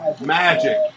Magic